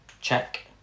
check